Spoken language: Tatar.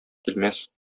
килмәс